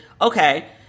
okay